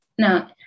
No